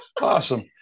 Awesome